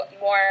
more